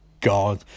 god